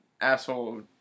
asshole